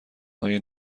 های